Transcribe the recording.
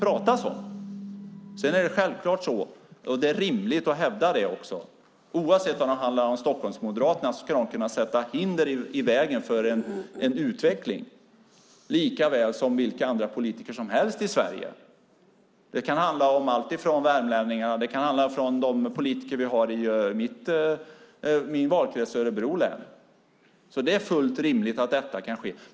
Det är självklart och rimligt att hävda, oavsett om det handlar om Stockholmsmoderaterna eller andra politiker i Sverige, att man ska kunna sätta hinder i vägen för en utveckling. Det kan handla om värmlänningarna. Det kan handla om de politiker vi har i min valkrets Örebro län. Det är fullt rimligt att detta kan ske.